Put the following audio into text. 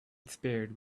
spared